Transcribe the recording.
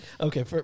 Okay